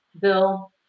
bill